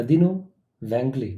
לאדינו ואנגלית.